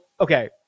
okay